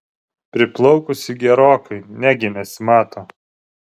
priplaukus ji gerokai negi nesimato